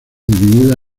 dividida